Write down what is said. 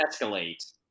escalate